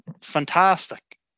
fantastic